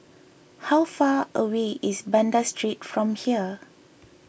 how far away is Banda Street from here